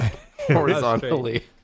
horizontally